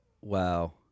Wow